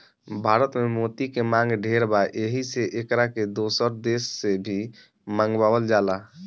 भारत में मोती के मांग ढेर बा एही से एकरा के दोसर देश से भी मंगावल जाला